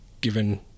given